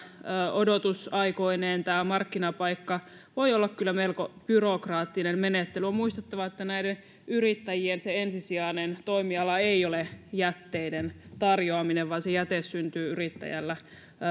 odotusaikoineen tämä markkinapaikka voi olla kyllä melko byrokraattinen menettely on muistettava että näiden yrittäjien ensisijainen toimiala ei ole jätteiden tarjoaminen vaan se jäte syntyy yrittäjällä